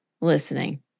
listening